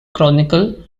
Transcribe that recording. chronicle